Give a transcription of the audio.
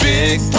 Big